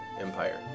empire